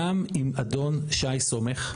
גם אם אדון שי סומך,